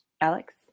Alex